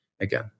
again